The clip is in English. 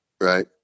right